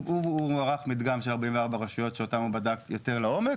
הוא ערך מדגם של 44 רשויות שאותן הוא בדק יותר לעומק,